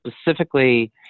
specifically